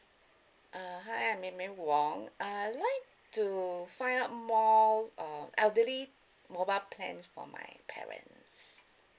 uh hi I'm mei mei wong I'd like to find out more uh elderly mobile plans for my parents